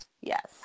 Yes